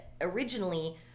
originally